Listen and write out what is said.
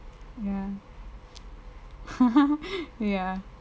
ya ya